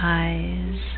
eyes